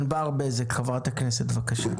חברת הכנסת ענבר בזק.